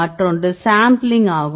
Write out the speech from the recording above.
மற்றொன்று சாம்பிளிங் ஆகும்